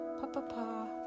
Pa-pa-pa